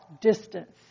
distance